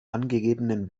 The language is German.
angegebenen